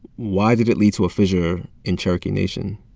why did it lead to a fissure in cherokee nation?